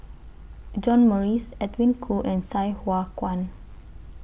John Morrice Edwin Koo and Sai Hua Kuan